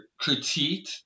critique